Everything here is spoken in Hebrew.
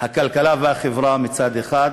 הכלכלה והחברה מצד אחד,